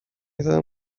زدم